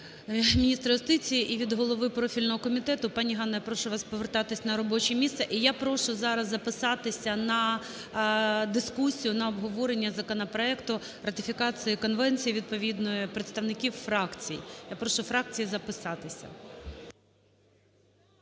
міністра юстиції, і від голови профільного комітету. Пані Ганно, я порошу вас повертатись на робоче місце. І я прошу зараз записатися на дискусію, на обговорення законопроекту, ратифікації Конвенції відповідної, представників фракцій. Я прошу фракції записатися.